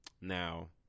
Now